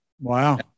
Wow